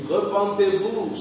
Repentez-vous